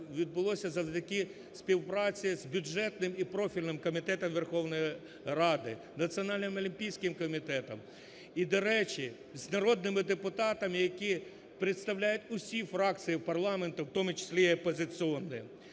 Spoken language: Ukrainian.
відбулося завдяки співпраці з бюджетним і профільним комітетом Верховної Ради, Національним олімпійським комітетом і, до речі, з народними депутатами, які представляють всі фракції парламенту, в тому числі опозиційні.